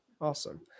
Awesome